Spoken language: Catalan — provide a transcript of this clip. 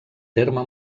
terme